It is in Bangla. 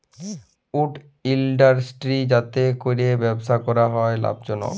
উড ইলডাসটিরি যাতে ক্যরে ব্যবসা ক্যরা হ্যয় লাভজলক